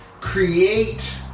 create